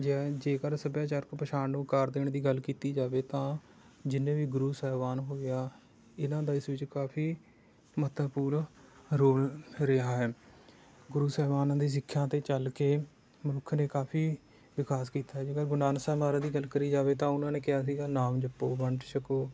ਜ ਜੇਕਰ ਸੱਭਿਆਚਾਰਕ ਪਛਾਣ ਨੂੰ ਆਕਾਰ ਦੇਣ ਦੀ ਗੱਲ ਕੀਤੀ ਜਾਵੇ ਤਾਂ ਜਿੰਨੇ ਵੀ ਗੁਰੂ ਸਾਹਿਬਾਨ ਹੋਏ ਆ ਇਹਨਾਂ ਦਾ ਇਸ ਵਿੱਚ ਕਾਫੀ ਮਹੱਤਵਪੂਰਨ ਰੋਲ ਰਿਹਾ ਹੈ ਗੁਰੂ ਸਾਹਿਬਾਨਾਂ ਦੀ ਸਿੱਖਿਆ 'ਤੇ ਚੱਲ ਕੇ ਮਨੁੱਖ ਨੇ ਕਾਫੀ ਵਿਕਾਸ ਕੀਤਾ ਜੇਕਰ ਗੁਰੂ ਨਾਨਕ ਸਾਹਿਬ ਮਹਾਰਾਜ ਦੀ ਗੱਲ ਕਰੀ ਜਾਵੇ ਤਾਂ ਉਹਨਾਂ ਨੇ ਕਿਹਾ ਸੀਗਾ ਨਾਮ ਜਪੋ ਵੰਡ ਛਕੋ